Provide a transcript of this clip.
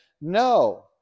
No